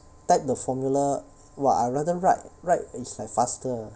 type the formula !wah! I rather write write is like faster